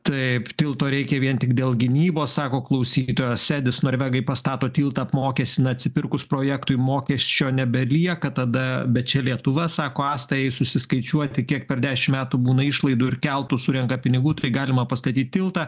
taip tilto reikia vien tik dėl gynybos sako klausytojas edis norvegai pastato tiltą apmokestina atsipirkus projektui mokesčio nebelieka tada bet čia lietuva sako asta jai susiskaičiuoti kiek per dešimt metų būna išlaidų ir keltu surenka pinigų tai galima pastatyt tiltą